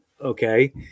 Okay